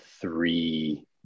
three